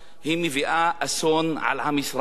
היא מביאה אסון על עם ישראל.